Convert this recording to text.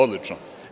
Odlično.